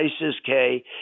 ISIS-K